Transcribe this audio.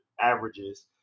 averages